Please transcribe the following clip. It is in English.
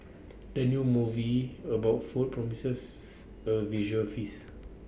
the new movie about food promises A visual feast